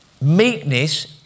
Meekness